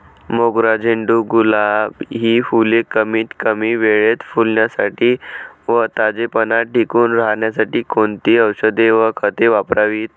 मोगरा, झेंडू, गुलाब हि फूले कमीत कमी वेळेत फुलण्यासाठी व ताजेपणा टिकून राहण्यासाठी कोणती औषधे व खते वापरावीत?